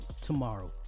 tomorrow